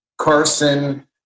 Carson